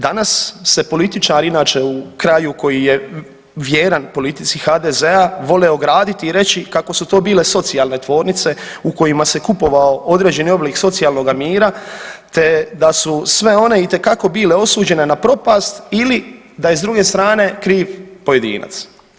Danas se političari inače u kraju koji je vjeran politici HDZ-a vole ograditi i reći kako su to bile socijalne tvornice u kojima se kupovao određeni oblik socijalnoga mira, te da su sve one itekako bile osuđene na propast ili da je s druge strane kriv pojedinac.